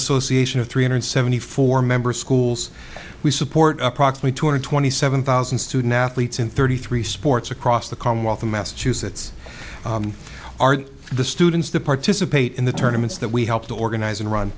association of three hundred seventy four members schools we support approximately two hundred twenty seven thousand student athletes in thirty three sports across the commonwealth of massachusetts are the students to participate in the tournaments that we help to organize and run